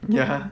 ya